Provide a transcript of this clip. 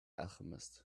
alchemist